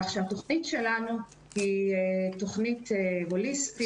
כך שהתכנית שלנו היא תכנית הוליסטית ורצינית.